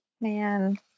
Man